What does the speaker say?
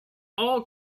all